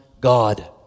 God